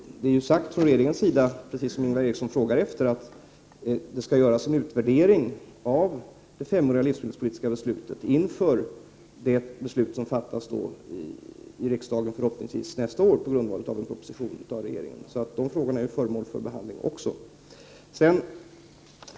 Det har sagts från regeringens sida — något som Ingvar Eriksson efterfrågade — att det skall göras en utvärdering av det femåriga livsmedelspolitiska beslutet inför det beslut som förhoppningsvis fattas av riksdagen nästa år på grundval av regeringens proposition. Så frågan är föremål för behandling.